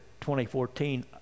2014